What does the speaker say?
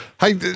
Hey